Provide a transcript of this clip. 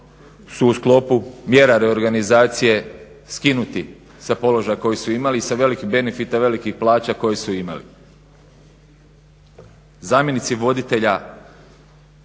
su u sklopu mjera reorganizacije skinuti sa položaja koji su imali i sa benefita velikih plaća koji su imali. Zamjenici voditelja